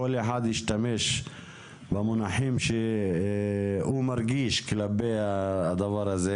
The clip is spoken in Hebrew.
אחד ישתמש במונחים שהוא מרגיש כלפי הדבר הזה